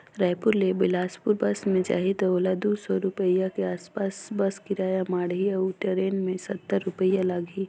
रायपुर ले बेलासपुर बस मे जाही त ओला दू सौ रूपिया के आस पास बस किराया माढ़ही अऊ टरेन मे सत्तर रूपिया लागही